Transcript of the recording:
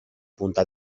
punta